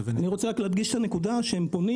אני רוצה רק להדגיש את העובדה שהם פונים